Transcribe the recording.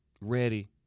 ready